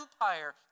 Empire